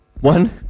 One